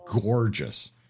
gorgeous